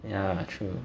ya true